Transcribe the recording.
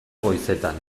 goizetan